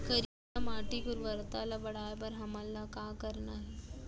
करिया माटी के उर्वरता ला बढ़ाए बर हमन ला का करना हे?